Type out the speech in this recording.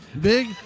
Big